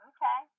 Okay